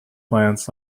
plants